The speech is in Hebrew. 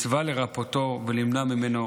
מצווה לרפאותו ולמנוע ממנו